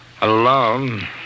alone